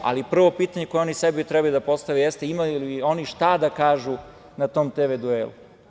Ali, prvo pitanje koje oni sebi treba da postave jeste imaju li oni šta da kažu na tom tv duelu?